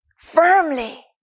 firmly